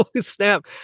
snap